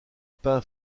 peint